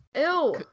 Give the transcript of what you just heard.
Ew